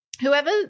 Whoever